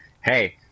Hey